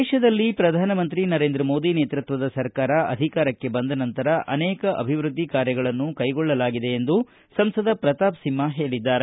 ದೇಶದಲ್ಲಿ ಪ್ರಧಾನ ಮಂತ್ರಿ ನರೇಂದ್ರ ಮೋದಿ ನೇತೃತ್ವದ ಸರ್ಕಾರ ಅಧಿಕಾರಕ್ಕೆ ಬಂದ ನಂತರ ಅನೇಕ ಅಭಿವೃದ್ದಿ ಕಾರ್ಯಗಳನ್ನು ಕೈಗೊಂಡಿದೆ ಎಂದು ಸಂಸದ ಪ್ರತಾಪಸಿಂಹ ಹೇಳಿದ್ದಾರೆ